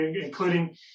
including